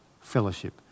fellowship